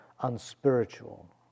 unspiritual